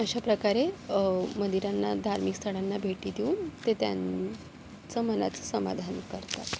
अशाप्रकारे मंदिरांना धार्मिक स्थळांना भेटी देऊन ते त्यांचं मनाचं समाधान करतात